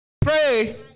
Pray